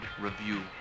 Review